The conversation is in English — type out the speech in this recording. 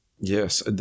Yes